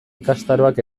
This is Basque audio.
ikastaroak